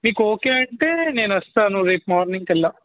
మీకు ఓకే అంటే నేను వస్తాను రేపు మార్నింగ్ అలా